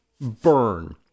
burn